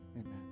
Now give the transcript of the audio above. Amen